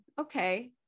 okay